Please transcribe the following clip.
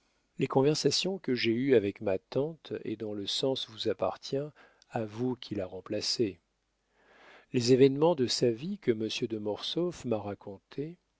les conversations que j'ai eues avec ma tante et dont le sens vous appartient à vous qui la remplacez les événements de sa vie que monsieur de mortsauf m'a racontés